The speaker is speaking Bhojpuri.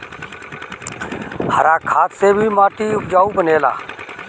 हरा खाद से भी माटी उपजाऊ बनेला